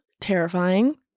terrifying